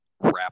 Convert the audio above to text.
wrap